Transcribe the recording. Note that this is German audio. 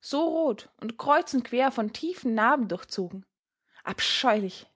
so rot und kreuz und quer von tiefen narben durchzogen abscheulich